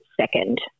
second